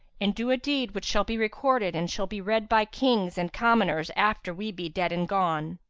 and do a deed which shall be recorded and shall be read by kings and commoners after we be dead and gone.